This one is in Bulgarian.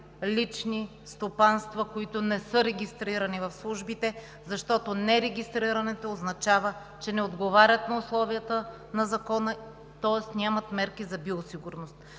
лични стопанства, които не са регистрирани в службите, защото нерегистрирането означава, че не отговаря на условията на Закона, тоест нямат мерки за биосигурност.